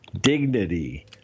dignity